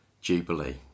Jubilee